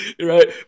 Right